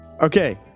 Okay